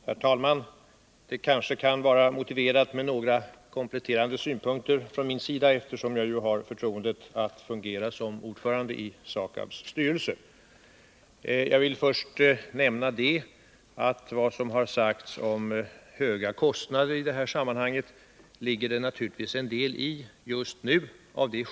Herr talman! Det kan kanske vara motiverat med några kompletterande Onsdagen den synpunkter från min sida, eftersom jag har förtroendet att få fungera som 19 mars 1980 ordförande i SAKAB:s styrelse. Först vill jag nämna att det naturligtvis ligger en del i vad som har sagtsom Om behandlingen höga kostnader.